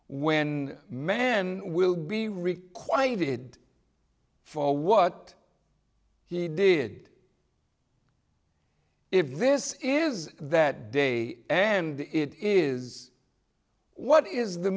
when man will be requited for what he did if this is that day and it is what is the